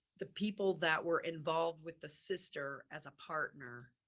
the people that were involved with the sister as a partner